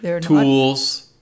Tools